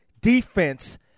defense